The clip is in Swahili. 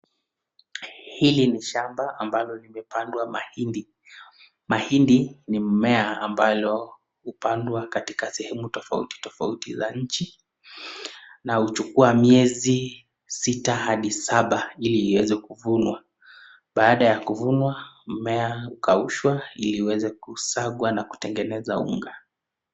Hili ni shamba ambalo limepandwa mahindi. Mahindi ni mmea ambalo hupandwa katika sehemu tofauti tofauti za nchi, na huchukua miezi sita hadi saba ili iweze kuvunwa. Baada ya kuvunwa, mmea hukaushwa ili iweze kusagwa na kutengeneza unga.